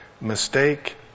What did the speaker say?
mistake